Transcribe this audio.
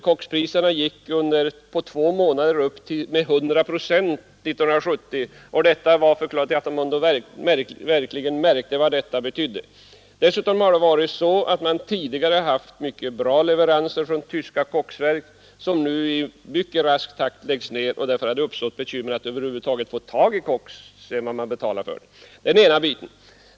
Kokspriserna gick på två månader 1970 upp med 100 procent, och detta var förklaringen till att man verkligen märkte vad koksen betydde. Dessutom har man tidigare haft mycket bra leveranser från tyska koksverk, som nu i mycket rask takt läggs ned. Därför har det uppstått bekymmer med att över huvud taget få tag i koks — även om man betalar för den. — Det är en av anledningarna.